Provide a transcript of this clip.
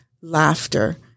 laughter